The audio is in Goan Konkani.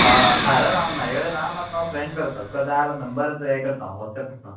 सारन आहा म्हाजे कडेन ना मात म्हाका फ्रेंड करता तुका जाय जाल्यार नंबर हें करता हांव वॉट्सॅप दिता हांव